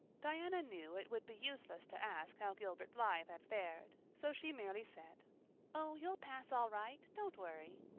diana knew it would be useless to ask how gilbert blythe had fared, so she merely said oh, you'll pass all right. don't worry.